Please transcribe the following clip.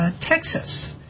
Texas